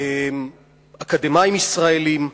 אקדמאים ישראלים,